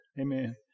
Amen